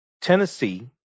Tennessee